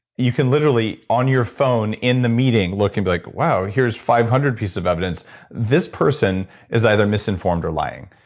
you can literally on your phone in the meeting, look and be like, wow! here's five hundred pieces of evidence this person is either misinformed or lying.